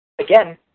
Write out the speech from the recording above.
again